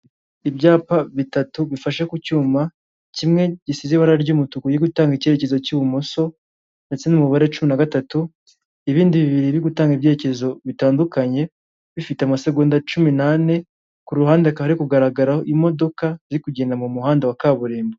Ibyapa bitatu bifashe ku cyuma kimwe gisize ibara ry'umutuku yo gutanga icyerekezo cy'ibumoso ndetse n'umubare cumi na gatatu ibindi bibiri biri gutanga ibyekerezo bitandukanye bifite amasegonda cumi n'ane, ku ruhande kaba kugaragaraho imodoka iri kugenda mu muhanda wa kaburimbo.